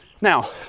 Now